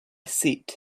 seat